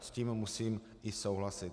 S tím musím i souhlasit.